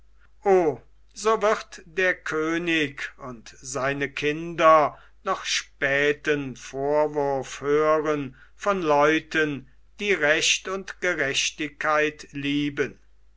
so wird der könig und seine kinder noch späten vorwurf hören von leuten die recht und gerechtigkeit lieben